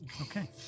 Okay